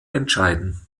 entscheiden